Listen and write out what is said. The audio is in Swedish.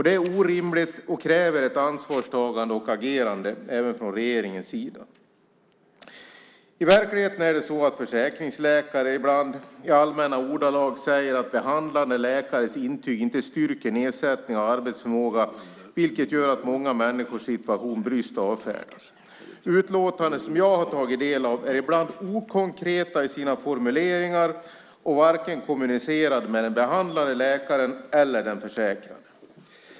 Det är orimligt, och det kräver ett ansvarstagande och agerande även från regeringens sida. I verkligheten är det så att försäkringsläkare ibland i allmänna ordalag säger att behandlande läkares intyg inte styrker nedsättning av arbetsförmåga. Det gör att många människors situation bryskt avfärdas. Utlåtanden som jag har tagit del av är ibland okonkreta i sina formuleringar, och man har varken kommunicerat med den behandlande läkaren eller den försäkrade.